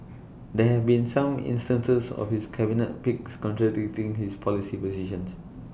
there have been some instances of his cabinet picks contradicting his policy positions